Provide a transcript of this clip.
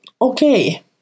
Okay